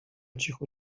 cichu